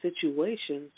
situations